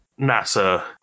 NASA